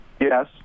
Yes